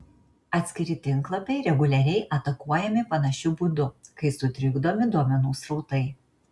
atskiri tinklapiai reguliariai atakuojami panašiu būdu kai sutrikdomi duomenų srautai